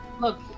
Look